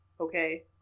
okay